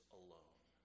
alone